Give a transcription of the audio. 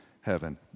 heaven